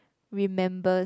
remembers